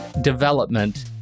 development